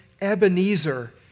Ebenezer